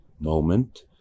moment